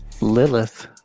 Lilith